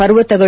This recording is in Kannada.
ಪರ್ವತಗಳು